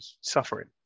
suffering